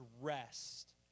rest